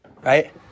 right